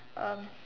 um